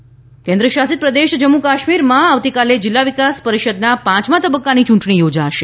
દરમિયાન કેન્ર્ શાસિત પ્રદેશ જમ્મુ કાશ્મીરમાં આવતીકાલે જિલ્લા વિકાસ પરિષદનાં પરિષદનાં પાંચમા તબક્કાની ચુંટણી યોજાશે